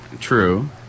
True